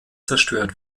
zerstört